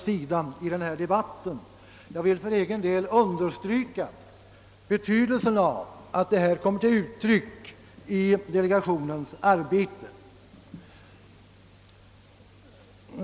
För egen del vill jag understryka betydelsen av att detta kommer till uttryck i delegationens arbete.